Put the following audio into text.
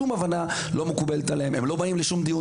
לכן הם לא מגיעים לשום דיון.